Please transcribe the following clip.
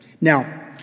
Now